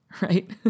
Right